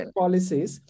policies